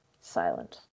Silent